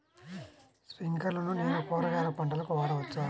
స్ప్రింక్లర్లను నేను కూరగాయల పంటలకు వాడవచ్చా?